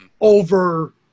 over